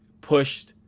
pushed